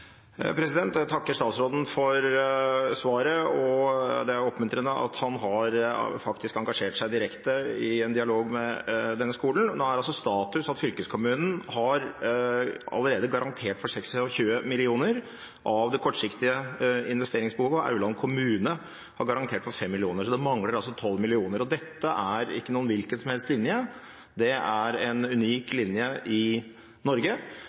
Jeg takker statsråden for svaret. Det er jo oppmuntrende at han faktisk har engasjert seg direkte i en dialog med denne skolen. Nå er status at fylkeskommunen allerede har garantert for 26 mill. kr av det kortsiktige investeringsbehovet, og Aurland kommune har garantert for 5 mill. kr, så det mangler altså 12 mill. kr. Dette er ikke noen hvilken som helst linje. Det er en unik linje i Norge,